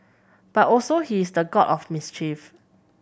but also he is the god of mischief